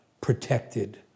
protected